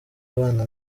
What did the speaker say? abana